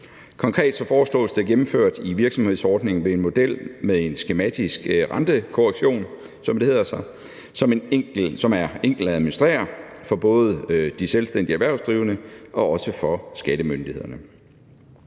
Konkret foreslås det gennemført i virksomhedsordningen ved en model med en skematisk rentekorrektion, som det hedder, som er enkel at administrere for både de selvstændigt erhvervsdrivende og for skattemyndighederne.